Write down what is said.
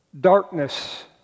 darkness